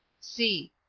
c.